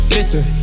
Listen